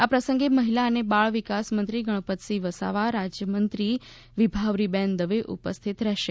આ પ્રસંગે મહિલા અને બાળ વિકાસ મંત્રી ગણપતસિંહ વસાવા રાજ્યમંત્રી વિભાવરીબેન દવે ઉપસ્થિત રહેશે